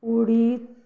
उडीद